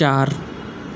ચાર